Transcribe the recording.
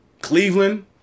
Cleveland